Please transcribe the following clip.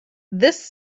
this